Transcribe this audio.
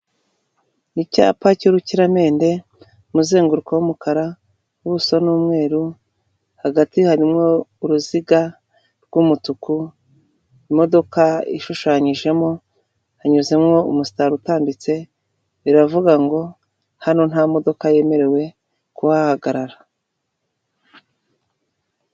Icyapa cy'urukiramende, umuzenguruko w'umukara, uubuso n'umweru, hagati harimo uruziga rw'umutuku, imodoka ishushanyijemo, hanyuzemo umustari utambitse, biravuga ngo hano nta modoka yemerewe kuhahagarara.